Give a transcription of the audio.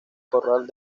corral